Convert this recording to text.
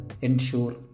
ensure